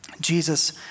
Jesus